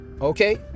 okay